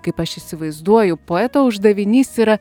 kaip aš įsivaizduoju poeto uždavinys yra